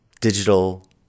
digital